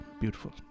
beautiful